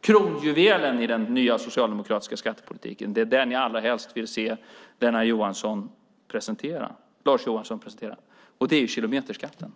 Kronjuvelen i den nya socialdemokratiska skattepolitiken är den som jag allra helst vill höra Lars Johansson presentera, och det är kilometerskatten.